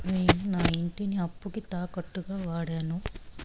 నేను నా ఇంటిని అప్పుకి తాకట్టుగా వాడాను